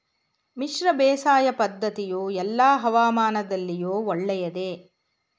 ಮಿಶ್ರ ಬೇಸಾಯ ಪದ್ದತಿಯು ಎಲ್ಲಾ ಹವಾಮಾನದಲ್ಲಿಯೂ ಒಳ್ಳೆಯದೇ?